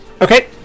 Okay